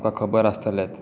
तुमकां खबर आसतलेंच